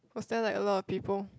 was there like a lot of people